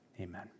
amen